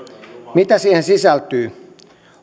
mitä siihen sisältyy